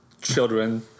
children